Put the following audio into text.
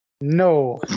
No